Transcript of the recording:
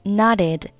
nodded